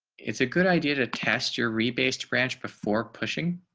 it's a good idea to test your re based branch before pushing